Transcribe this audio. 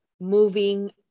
moving